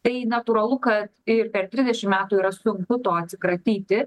tai natūralu kad ir per trisdešim metų yra sunku to atsikratyti